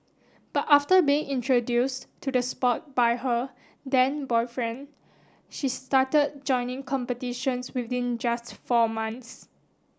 but after being introduced to the sport by her then boyfriend she started joining competitions within just four months